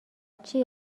چیه